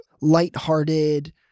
lighthearted